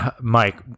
Mike